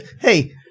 hey